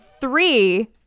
three